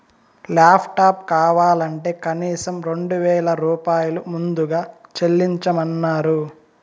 laptop కావాలంటే కనీసం రెండు వేల రూపాయలు ముందుగా చెల్లించమన్నరు